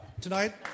Tonight